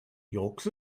yolks